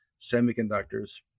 semiconductors